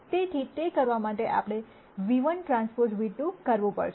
તેથી તે કરવા માટે આપણે ν₁Tν₂ કરવું પડશે